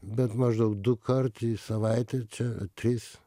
bet maždaug dukart į savaitę čia tris